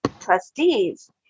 trustees